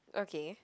okay